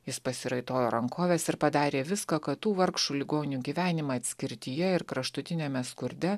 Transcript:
jis pasiraitojo rankoves ir padarė viską kad tų vargšų ligonių gyvenimą atskirtyje ir kraštutiniame skurde